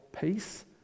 peace